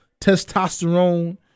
testosterone